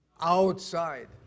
Outside